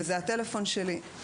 זה הטלפון שלי.